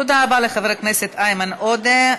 תודה רבה לחבר הכנסת איימן עודה.